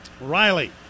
Riley